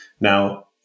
Now